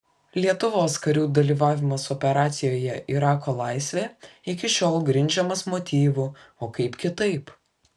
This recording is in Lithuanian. lietuvos karių dalyvavimas operacijoje irako laisvė iki šiol grindžiamas motyvu o kaip kitaip